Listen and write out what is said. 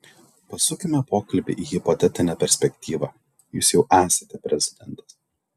pasukime pokalbį į hipotetinę perspektyvą jūs jau esate prezidentas